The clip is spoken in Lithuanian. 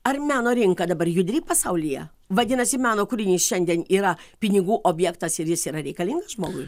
ar meno rinka dabar judri pasaulyje vadinasi meno kūrinys šiandien yra pinigų objektas ir jis yra reikalingas žmogui